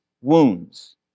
wounds